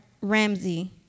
Ramsey